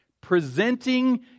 presenting